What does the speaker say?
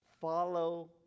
follow